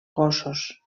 gossos